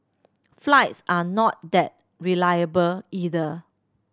flights are not that reliable either